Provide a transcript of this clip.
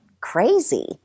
crazy